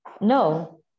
No